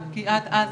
כי כל כך